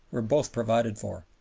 were both provided for.